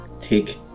take